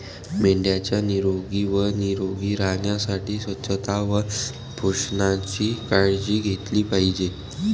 मेंढ्या निरोगी व निरोगी राहण्यासाठी स्वच्छता व पोषणाची काळजी घेतली पाहिजे